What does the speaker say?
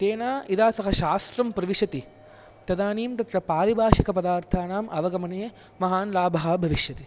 तेन यदा सः शास्त्रं प्रविशति तदानीं तत्र पारिभाषिकपदार्थाणाम् अवगमने महान् लाभः भविष्यति